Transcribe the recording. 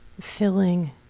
filling